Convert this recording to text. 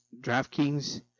DraftKings